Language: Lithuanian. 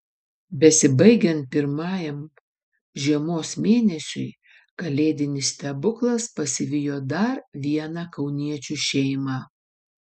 besibaigiant pirmajam žiemos mėnesiui kalėdinis stebuklas pasivijo dar vieną kauniečių šeimą